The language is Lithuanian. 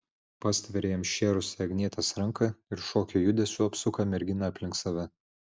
pastveria jam šėrusią agnietės ranką ir šokio judesiu apsuka merginą aplink save